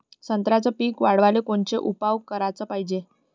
संत्र्याचं पीक वाढवाले कोनचे उपाव कराच पायजे?